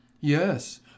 Yes